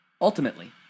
Ultimately